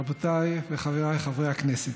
רבותיי וחבריי חברי הכנסת,